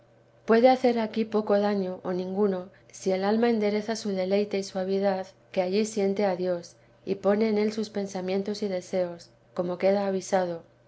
puede hacer aquí poco daño o ninguno si el alma endereza su deleite y suavidad que allí siente a dios y pone en él sus pensamientos y deseos como queda avisado no puede